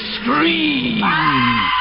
scream